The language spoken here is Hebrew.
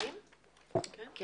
אני